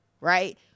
right